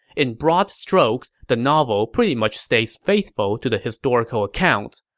in broad strokes, the novel pretty much stays faithful to the historical accounts.